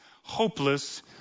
hopeless